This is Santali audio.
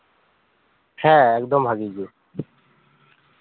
ᱦᱮᱸ ᱮᱠᱫᱚᱢ ᱵᱷᱟᱹᱜᱤ ᱜᱮ